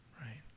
right